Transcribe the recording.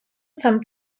some